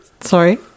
Sorry